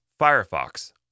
Firefox